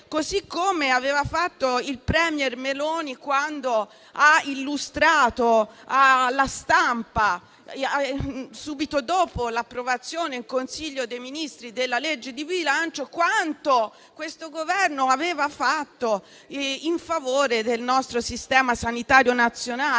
così come aveva fatto il *premier* Meloni quando ha illustrato alla stampa, subito dopo l'approvazione della legge di bilancio in Consiglio dei ministri, quanto questo Governo aveva fatto in favore del nostro sistema sanitario nazionale.